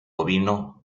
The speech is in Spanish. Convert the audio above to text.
ovino